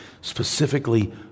specifically